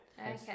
Okay